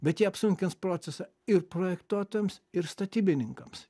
bet jie apsunkins procesą ir projektuotojams ir statybininkams